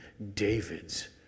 David's